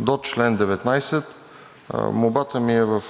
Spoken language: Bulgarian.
До чл. 19. Молбата ми е в